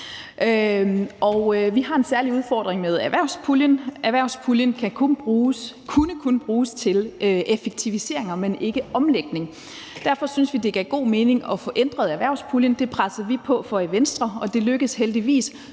Vi har en særlig udfordring med erhvervspuljen. Den kunne kun bruges til effektiviseringer, men ikke til omlægning. Derfor syntes vi, det gav god mening at få ændret erhvervspuljen; det pressede vi på for i Venstre, og det lykkedes heldigvis,